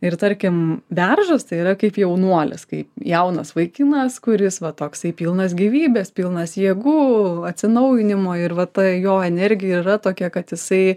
ir tarkim beržas tai yra kaip jaunuolis kai jaunas vaikinas kuris va toksai pilnas gyvybės pilnas jėgų atsinaujinimo ir va ta jo energija ir yra tokia kad jisai